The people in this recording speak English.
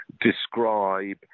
describe